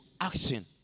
action